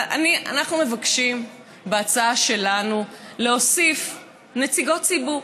אנחנו מבקשים בהצעה שלנו להוסיף נציגות ציבור,